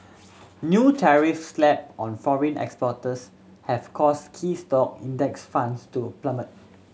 new tariffs slapped on foreign exporters have caused key stock Index Funds to plummet